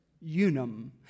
unum